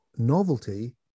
novelty